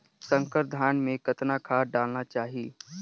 संकर धान मे कतना खाद डालना चाही?